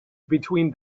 between